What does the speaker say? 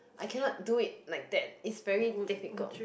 I cannot do it like that is very difficult